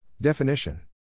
Definition